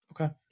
Okay